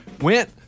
went